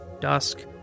dusk